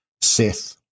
Seth